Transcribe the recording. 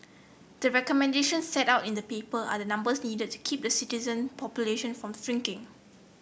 the recommendations set out in the paper are the numbers needed to keep the citizen population from shrinking